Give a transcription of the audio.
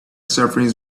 suffering